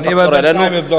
אני בינתיים אבדוק.